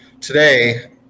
today